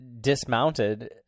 dismounted